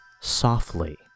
softly